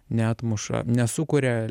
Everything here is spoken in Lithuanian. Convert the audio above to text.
neatmuša nesukuria